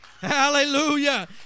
Hallelujah